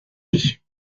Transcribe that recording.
vie